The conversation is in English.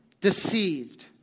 deceived